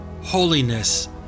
holiness